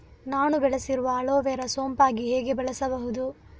ನಾನು ಬೆಳೆಸಿರುವ ಅಲೋವೆರಾ ಸೋಂಪಾಗಿ ಹೇಗೆ ಬೆಳೆಸಬಹುದು?